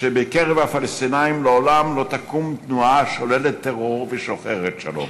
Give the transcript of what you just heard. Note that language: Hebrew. שבקרב הפלסטינים לעולם לא תקום תנועה השוללת טרור ושוחרת שלום,